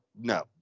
no